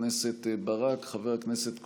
חברת הכנסת ברק וחבר הכנסת קושניר.